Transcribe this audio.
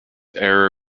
error